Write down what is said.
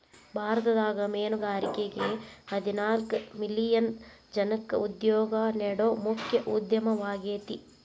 ಭಾರತದಾಗ ಮೇನುಗಾರಿಕೆ ಹದಿನಾಲ್ಕ್ ಮಿಲಿಯನ್ ಜನಕ್ಕ ಉದ್ಯೋಗ ನೇಡೋ ಮುಖ್ಯ ಉದ್ಯಮವಾಗೇತಿ